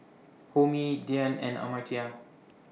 Homi Dhyan and Amartya